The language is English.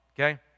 okay